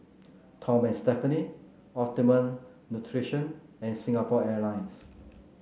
Tom and Stephanie Optimum Nutrition and Singapore Airlines